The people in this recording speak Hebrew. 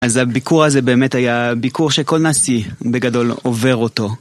אז הביקור הזה באמת היה ביקור שכל נשיא בגדול עובר אותו.